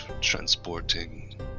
transporting